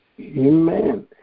Amen